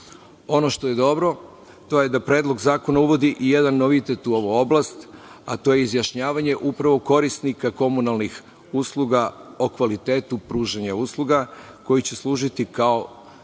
što je dobro, to je da Predlog zakona uvodi i jedan novitet u ovu oblast, a to je izjašnjavanje upravo korisnika komunalnih usluga o kvalitetu pružanja usluga, koji će služiti kao